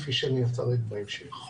כפי שאני אפרט בהמשך.